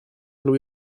lui